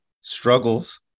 struggles